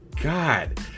god